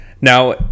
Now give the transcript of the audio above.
now